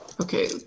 Okay